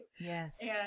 Yes